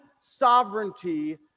sovereignty